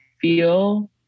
feel